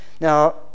Now